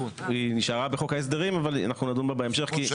היא נשארה בחוק ההסדרים, אבל אנחנו נדון בה בהמשך.